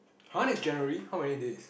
!huh! next January how many days